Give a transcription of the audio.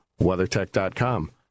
WeatherTech.com